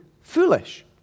foolish